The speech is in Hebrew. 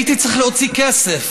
הייתי צריך להוציא כסף.